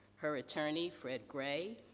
her attorney fred gray,